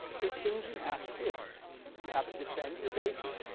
there's things you have to do you have to defend your bases,